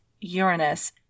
Uranus